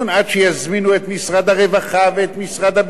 ועד שיזמינו את משרד הרווחה ואת משרד הבינוי,